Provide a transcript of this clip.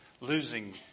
losing